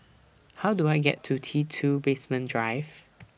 How Do I get to T two Basement Drive